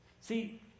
See